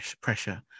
pressure